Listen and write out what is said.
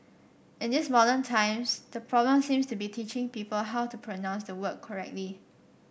in these modern times the problem seems to be teaching people how to pronounce the word correctly